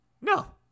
No